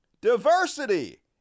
Diversity